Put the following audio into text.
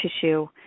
tissue